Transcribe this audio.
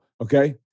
okay